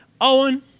Owen